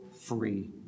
free